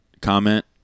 comment